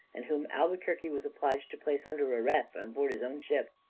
and whom albuquerque was obliged to place under arrest on board his own ship.